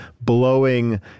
blowing